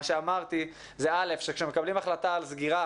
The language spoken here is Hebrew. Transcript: מה שאמרתי, א', שכשמקבלים החלטה על סגירה